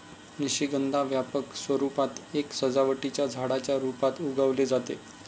निशिगंधा व्यापक स्वरूपात एका सजावटीच्या झाडाच्या रूपात उगवले जाते